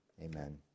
Amen